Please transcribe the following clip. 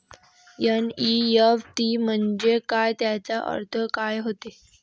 NEFT म्हंजे काय, त्याचा अर्थ काय होते?